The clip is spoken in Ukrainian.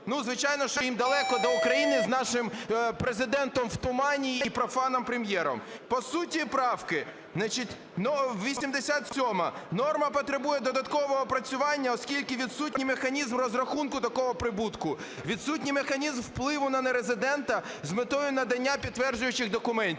Ну, звичайно, що їм далеко до України з нашим Президентом в тумані і профаном Прем'єром. По суті правки. 87-а: норма потребує додаткового опрацювання, оскільки відсутній механізм розрахунку такого прибутку, відсутній механізм впливу на нерезидента з метою надання підтверджуючих документів.